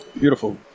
Beautiful